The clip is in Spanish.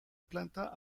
planta